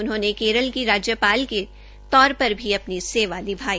उन्होंने केरल की राज्यपाल के तौर पेर भी अपनी सेवा निभाई